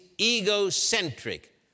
egocentric